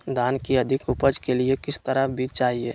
धान की अधिक उपज के लिए किस तरह बीज चाहिए?